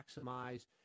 maximize